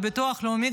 בביטוח לאומי,